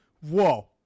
Whoa